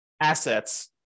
assets